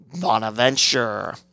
Bonaventure